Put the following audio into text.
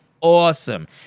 awesome